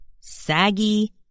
saggy